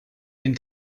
den